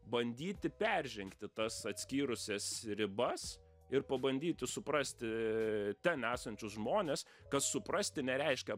bandyti peržengti tas atskyrusias ribas ir pabandyti suprasti ten esančius žmones kad suprasti nereiškia